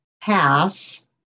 pass